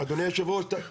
אדוני יושב הראש,